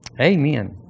Amen